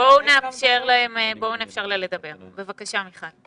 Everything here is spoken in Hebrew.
בואו נאפשר לה לדבר, בבקשה, מיכל.